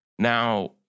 Now